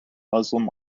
muslim